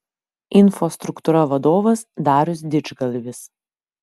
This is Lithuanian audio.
infostruktūra vadovas darius didžgalvis